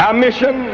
um mission.